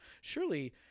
surely